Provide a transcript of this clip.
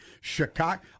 Chicago